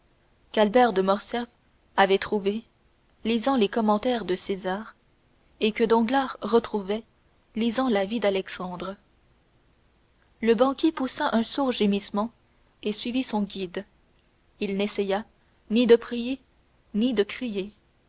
qu'albert de morcerf avait trouvé lisant les commentaires de césar et que danglars retrouvait lisant la vie d'alexandre le banquier poussa un sourd gémissement et suivit son guide il n'essaya ni de prier ni de crier